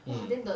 mm